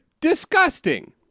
Disgusting